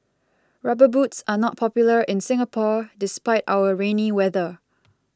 rubber boots are not popular in Singapore despite our rainy weather